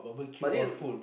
but this